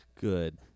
Good